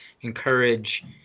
encourage